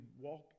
walk